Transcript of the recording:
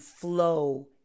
flow